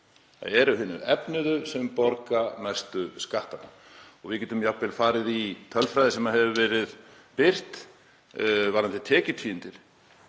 það eru hinir efnuðu sem borga mestu skattana. Við getum jafnvel farið í tölfræði sem hefur verið birt varðandi tekjutíundir.